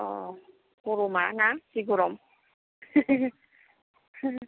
अ गरमा ना जि गरम